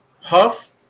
Huff